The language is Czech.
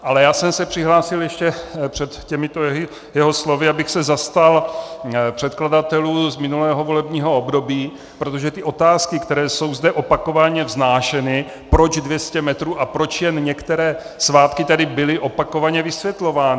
Ale já jsem se přihlásil ještě před těmito jeho slovy, abych se zastal předkladatelů z minulého volebního období, protože ty otázky, které jsou zde opakovaně vznášeny, proč 200 metrů a proč jen některé svátky, tady byly opakovaně vysvětlovány.